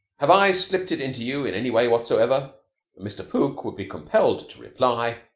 have i slipped it into you in any way whatsoever? and mr. pook would be compelled to reply,